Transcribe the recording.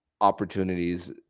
opportunities